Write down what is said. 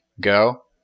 Go